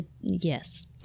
Yes